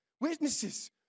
witnesses